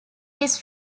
this